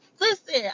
listen